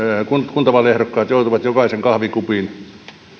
kuntavaaliehdokkaat joutuvat jokaisen kahvikupin